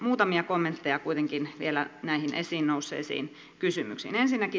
muutamia kommentteja kuitenkin vielä näihin esiin nousseisiin kysymyksiin